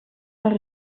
haar